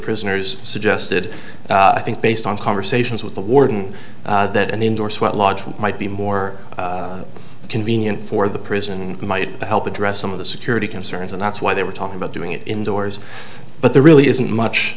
prisoners suggested i think based on conversations with the warden that an indoor sweat lodge might be more convenient for the prison and might help address some of the security concerns and that's why they were talking about doing it indoors but there really isn't much